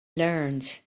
learns